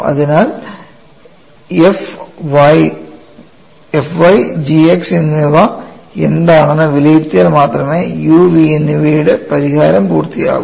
അതിനാൽ f y g x എന്നിവ എന്താണെന്ന് വിലയിരുത്തിയാൽ മാത്രമേ u v എന്നിവയുടെ പരിഹാരം പൂർത്തിയാകൂ